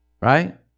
Right